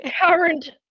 Current